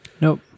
Nope